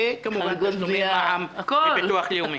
וכמובן תשלומי מע"מ וביטוח לאומי.